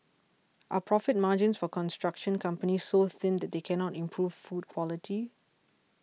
are profit margins for construction companies so thin that they cannot improve food quality